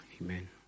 Amen